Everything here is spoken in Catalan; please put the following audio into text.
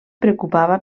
preocupava